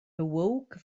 awoke